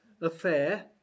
affair